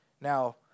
Now